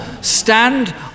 stand